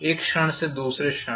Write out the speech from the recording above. एक क्षण से दूसरे क्षण